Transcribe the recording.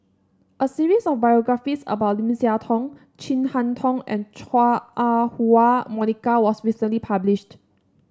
a series of biographies about Lim Siah Tong Chin Harn Tong and Chua Ah Huwa Monica was recently published